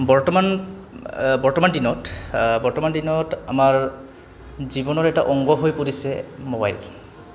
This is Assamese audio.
বৰ্তমান বৰ্তমান দিনত বৰ্তমান দিনত আমাৰ জীৱনৰ এটা অংগ হৈ পৰিছে মোবাইল